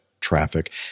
traffic